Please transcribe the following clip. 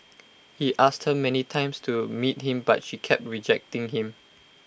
he asked many times to meet him but she kept rejecting him